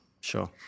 Sure